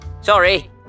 Sorry